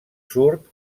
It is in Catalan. surt